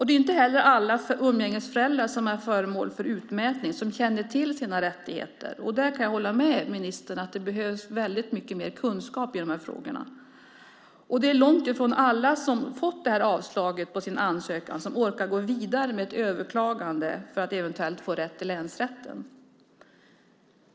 Det är inte heller alla umgängesföräldrar som är föremål för utmätning som känner till sina rättigheter. Där kan jag hålla med ministern om att det behövs mycket mer kunskap i frågorna. Det är långt ifrån alla som har fått avslag på sin ansökan som orkar gå vidare med ett överklagande för att eventuellt få rätt i länsrätten.